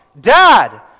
Dad